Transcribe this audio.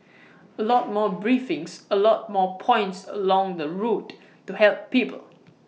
A lot more briefings A lot more points along the route to help people